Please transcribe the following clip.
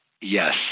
Yes